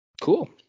Cool